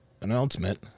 announcement